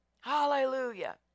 hallelujah